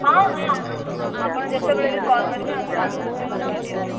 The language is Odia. ହଁ ହଁ ହଁ ହଁ ଆପଣ ଯେତେବେଳେ ବି କଲ୍ କରିବେ ଆମେ ଆନ୍ସର୍ ଦେବାକୁ ରେଡି ଅଛୁ